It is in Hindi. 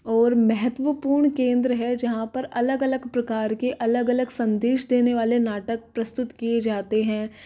और महत्वपूर्ण केंद्र है जहाँ पर अलग अलग प्रकार के अलग अलग संदेश देने वाले नाटक प्रस्तुत किए जाते हैं